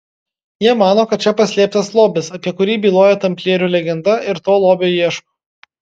jie mano kad čia paslėptas lobis apie kurį byloja tamplierių legenda ir to lobio ieško